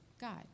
God